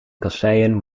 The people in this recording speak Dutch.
kasseien